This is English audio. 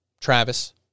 Travis